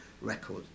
record